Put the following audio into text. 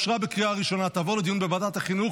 לוועדת החינוך,